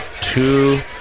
two